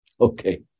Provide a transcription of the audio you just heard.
okay